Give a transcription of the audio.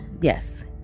yes